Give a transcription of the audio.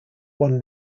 one